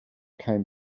came